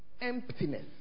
emptiness